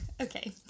okay